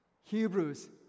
Hebrews